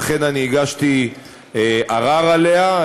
ולכן אני הגשתי ערר עליה.